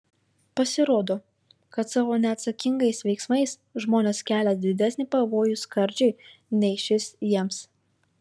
pasirodo kad savo neatsakingais veiksmais žmonės kelia didesnį pavojų skardžiui nei šis jiems